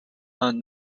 and